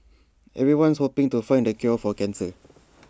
everyone's hoping to find the cure for cancer